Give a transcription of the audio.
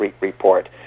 report